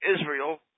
Israel